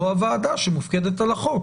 או הוועדה שמופקדת על החוק.